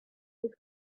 his